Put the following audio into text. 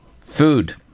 Food